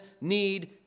need